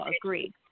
agree